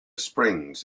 springs